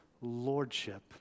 lordship